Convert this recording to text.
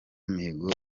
mihigo